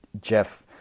Jeff